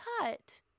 cut